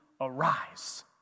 arise